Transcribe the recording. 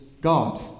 God